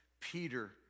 Peter